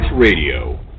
radio